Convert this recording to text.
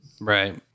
Right